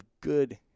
good